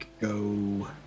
go